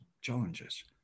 challenges